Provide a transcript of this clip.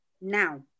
now